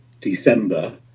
December